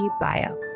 bio